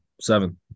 seven